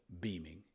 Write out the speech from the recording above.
beaming